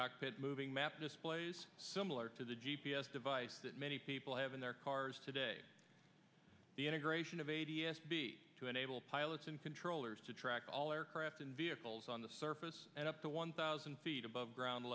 cockpit moving map displays similar to the g p s device that many people have in their cars today the integration of a d s be to enable pilots and controllers to track all aircraft in vehicles on the surface and up to one thousand feet above ground